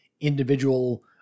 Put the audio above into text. individual